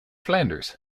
flanders